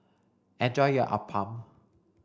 enjoy your Appam